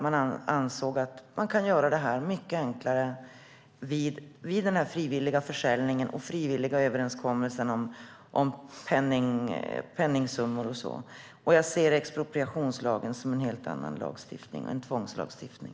Man ansåg att man kan göra detta mycket enklare vid denna frivilliga försäljning och frivilliga överenskommelse om penningsummor och så vidare. Jag ser expropriationslagen som en helt annan lagstiftning och som en tvångslagstiftning.